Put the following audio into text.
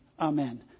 amen